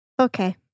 Okay